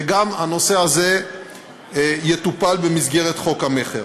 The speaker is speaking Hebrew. וגם הנושא הזה יטופל במסגרת חוק המכר.